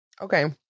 Okay